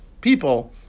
people